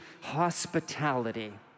hospitality